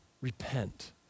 Repent